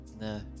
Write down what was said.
No